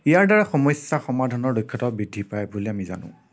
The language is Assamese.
ইয়াৰ দ্বাৰা সমস্য়া সমাধানৰ দক্ষতাও বৃদ্ধি পাই বুলিও আমি জানো